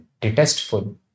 detestful